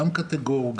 גם קטגור,